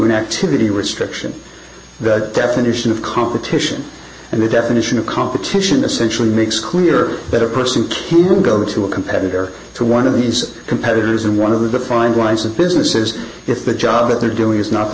an activity restriction the definition of competition and the definition of competition essentially makes clear that a person can go to a competitor to one of these competitors and one of the defined rise of businesses if the job that they're doing is not the